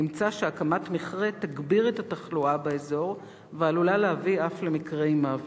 נמצא שהקמת מכרה תגביר את התחלואה באזור ועלולה להביא אף למקרי מוות.